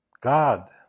God